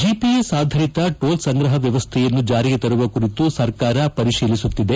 GPS ಆಧಾರಿತ toll ಸಂಗ್ರಹ ವ್ಣವಸ್ವೆಯನ್ನು ಜಾರಿಗೆ ತರುವ ಕುರಿತು ಸರ್ಕಾರ ಪರಿಶೀಲಿಸುತ್ತಿದೆ